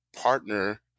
partner